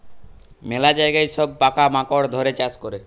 ম্যালা জায়গায় সব পকা মাকড় ধ্যরে চাষ ক্যরে